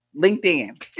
LinkedIn